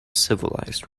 civilized